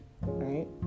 right